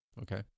okay